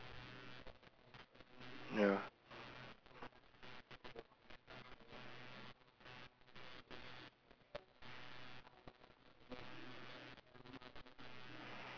ya